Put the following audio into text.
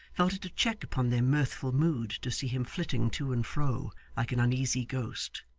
felt it a check upon their mirthful mood to see him flitting to and fro like an uneasy ghost.